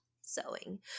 Sewing